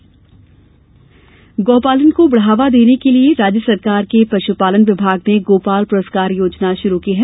गोपाल पुरस्कार गौपालन को बढ़ावा देने के लिए राज्य सरकार के पश्पालन विभाग ने गोपाल पुरस्कार योजना शुरू की है